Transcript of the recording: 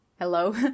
hello